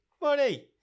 Money